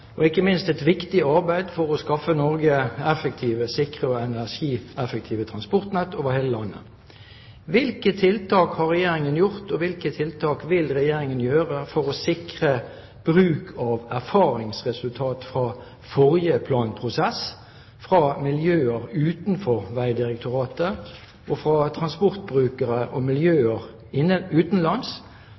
og ikke minst et viktig arbeid for å skaffe Norge effektive, sikre og energieffektive transportnett over hele landet. Hvilke tiltak har regjeringen gjort, og hvilke tiltak vil regjeringen gjøre for å sikre bruk av erfaringsresultat fra forrige planprosess fra miljøer utenfor Vegdirektoratet, fra transportbrukere og miljøer